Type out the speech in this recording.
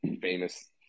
famous